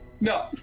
No